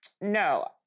No